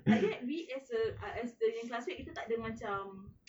but that we as a as the dia punya classmate tak ada macam